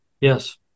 Yes